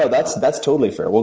yeah that's that's totally fair.